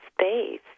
space